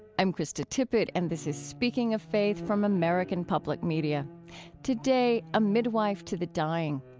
i'm krista tippett, and this is speaking of faith from american public media today, a midwife to the dying.